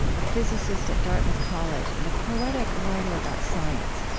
a physicist at dartmouth college and a poetic writer about science,